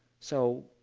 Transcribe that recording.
so,